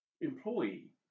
employee